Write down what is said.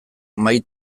mahai